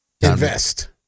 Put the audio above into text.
invest